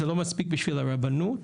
זה לא מספיק בשביל הרבנות.